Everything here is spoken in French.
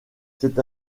c’est